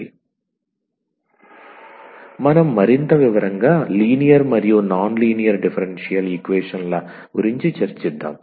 d4ydx4d2ydx2dydx3ex order 4 degree 1 yy21dxxy2 1dy order 1 degree 1 2vt2k3vx32 order 3 degree 1 మనం మరింత వివరంగా linear మరియు నాన్ లీనియర్ డిఫరెన్షియల్ ఈక్వేషన్ ల గురించి చర్చిద్దాం